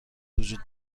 وجود